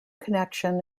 connection